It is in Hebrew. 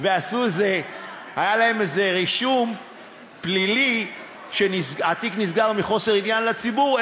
והיה להם איזה רישום פלילי והתיק נסגר מחוסר עניין לציבור,